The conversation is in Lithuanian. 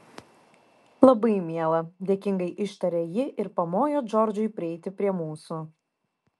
labai miela dėkingai ištarė ji ir pamojo džordžui prieiti prie mūsų